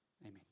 Amen